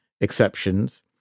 exceptions